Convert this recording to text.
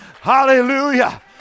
Hallelujah